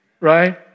Right